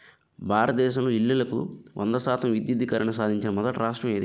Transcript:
భారతదేశంలో ఇల్లులకు వంద శాతం విద్యుద్దీకరణ సాధించిన మొదటి రాష్ట్రం ఏది?